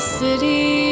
city